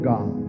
God